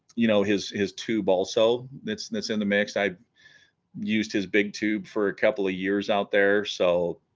you know his his tube also that's nacinda mixed i used his big tube for a couple of years out there so